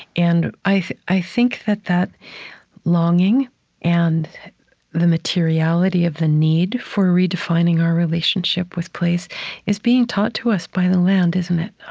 and i i think that that longing and the materiality of the need for redefining our relationship with place is being taught to us by the land, isn't it?